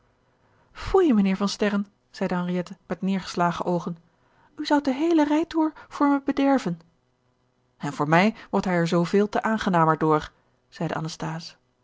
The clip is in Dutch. foei mijnheer yan sterren zeide henriette met neergeslagen oogen u zoudt de heele rijtoer voor me bederven en voor mij wordt hij er zooveel te aangenamer door zeide anasthase